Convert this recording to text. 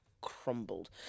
crumbled